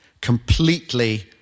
completely